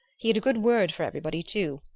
he had a good word for everybody, too,